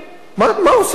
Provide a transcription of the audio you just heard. מה עושים פה?